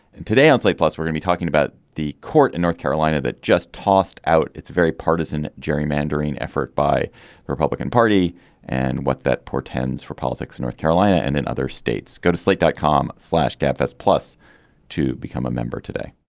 and today on slate plus we're going be talking about the court in north carolina that just tossed out its very partisan gerrymandering effort by the republican party and what that portends for politics in north carolina and in other states go to slate dot com flash dfs plus to become a member today.